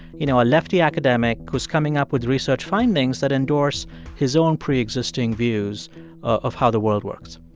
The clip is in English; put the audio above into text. you know, a lefty academic who's coming up with research findings that endorse his own preexisting views of how the world works?